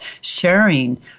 sharing